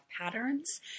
Patterns